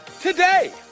today